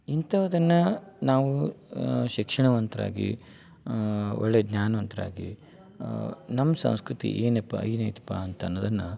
ಇಂಥವುದನ್ನ ನಾವು ಶಿಕ್ಷಣವಂತರಾಗಿ ಒಳ್ಳೆಯ ಜ್ಞಾನವಂತರಾಗಿ ನಮ್ಮ ಸಂಸ್ಕೃತಿ ಏನೆಪ್ಪಾ ಏನಾಯ್ತಪ್ಪ ಅಂತ ಅನ್ನೋದನ್ನು